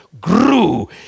Grew